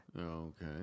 Okay